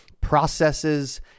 processes